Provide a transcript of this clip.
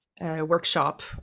workshop